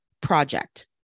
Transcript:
project